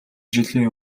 жилийн